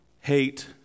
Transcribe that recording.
hate